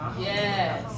Yes